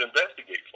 investigate